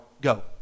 go